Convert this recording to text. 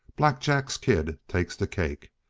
black jack's kid takes the cake.